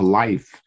life